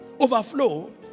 Overflow